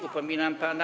upominam pana.